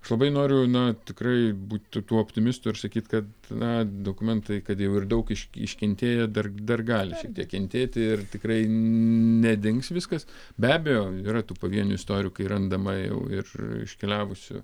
aš labai noriu na tikrai būti tuo optimistu ir sakyt kad na dokumentai kad jau ir daug iškentėję dar dar gali šiek tiek kentėti ir tikrai nedings viskas be abejo yra tų pavienių istorijų kai randama jau ir iškeliavusių